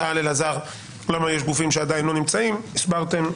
שאל אלעזר למה יש גופים שעדיין לא נמצאים והסברתם.